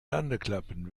landeklappen